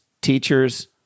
teachers